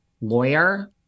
lawyer